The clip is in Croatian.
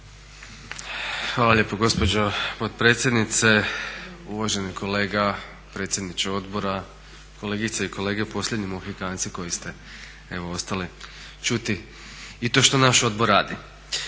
Hvala lijepo gospođo potpredsjednice, uvaženi kolega predsjedniče odbora, kolegice i kolege posljednji Mohikanci koji ste evo ostali čuti i to što naš odbor radi.